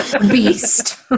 Beast